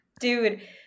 Dude